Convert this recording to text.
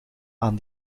aan